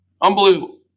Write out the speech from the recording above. Unbelievable